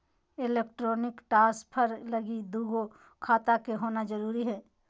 electronic transfer लगी दू गो खाता के होना जरूरी हय